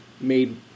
made